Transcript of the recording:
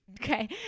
okay